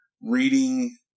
reading